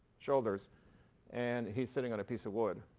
shoulders and he's sitting on a piece of wood.